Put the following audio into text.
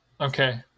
okay